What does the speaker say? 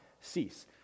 cease